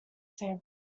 sample